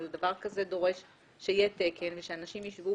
אבל דבר כזה דורש שיהיה תקן ושאנשים ישבו